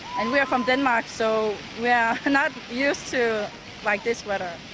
and we're from denmark, so we are not used to like this weather.